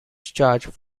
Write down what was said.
charged